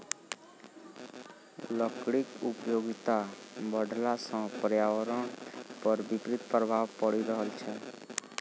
लकड़ीक उपयोगिता बढ़ला सॅ पर्यावरण पर विपरीत प्रभाव पड़ि रहल छै